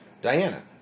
Diana